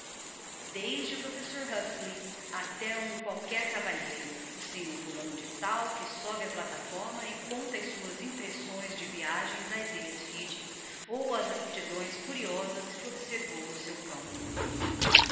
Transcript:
mundo desde o professor huxley até um qualquer cavalheiro o senhor fulano de tal que sóbe á plataforma a contar as suas impressões de viagem ás ilhas fidji ou as aptidões curiosas que observou no seu cão